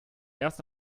erst